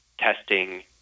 testing